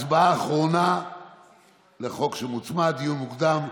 הצבעה אחרונה לחוק שמוצמד, דיון מוקדם,